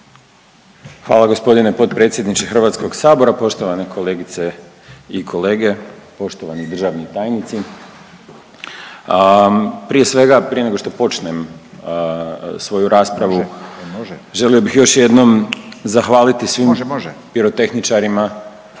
Hvala gospodine potpredsjedniče Hrvatskog sabora. Poštovane kolegice i kolege, poštovani državni tajnici, prije svega, prije nego što počnem svoju raspravu želio bih još jednom zahvaliti svih pirotehičarima